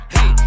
Hey